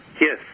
Yes